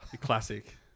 Classic